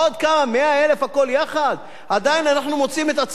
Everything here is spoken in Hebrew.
עדיין אנחנו מוצאים את עצמנו שלמעלה משני-שלישים במדינת